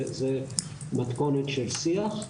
זה מתכונת של שיח,